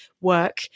work